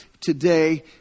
today